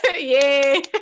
Yay